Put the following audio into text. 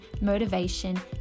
motivation